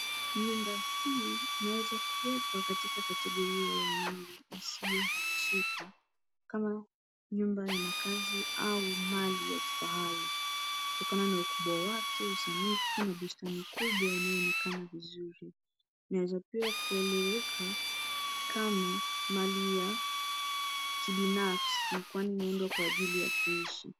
Nyumba hii inaweza kuwekwa katika kategoria ya mali isiyohamishika; kama nyumba ya makazi au mali ya kifahari kutokana na ukubwa wake, usanifu na bustani kubwa inayoonekana vizuri. Inaweza pia kueleweka kama mali ya kibinafsi kwani imeundwa kwa ajili ya kuishi.